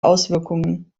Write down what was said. auswirkungen